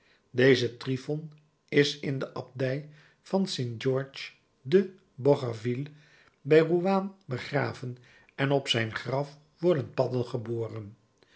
deze tryphon is in de abdij van st georges de bocherville bij rouaan begraven en op zijn graf worden padden